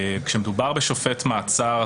כאשר מדובר בשופט מעצר,